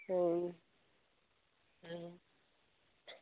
ହ ଆ